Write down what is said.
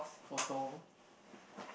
photo